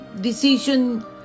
decision